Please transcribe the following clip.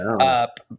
up